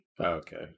Okay